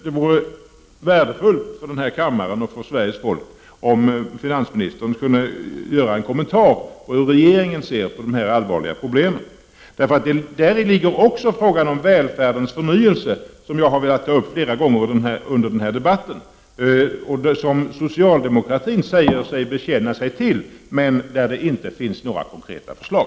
Det vore värdefullt för denna kammare och för Sveriges folk, om finansministern skulle lämna en kommentar till hur regeringen ser på dessa allvarliga problem. Däri ligger också frågan om välfärdens förnyelse, som jag har velat ta upp flera gånger under debatten och som socialdemokratin säger sig bekänna sig till men där det inte finns några konkreta förslag.